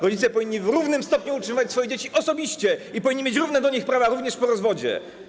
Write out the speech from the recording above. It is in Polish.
Rodzice powinni w równym stopniu utrzymywać swoje dzieci osobiście i powinni mieć do nich równe prawa również po rozwodzie.